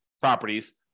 properties